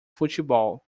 futebol